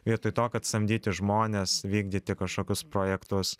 vietoj to kad samdyti žmones vykdyti kažkokius projektus